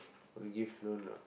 you give loan or not